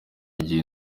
igihe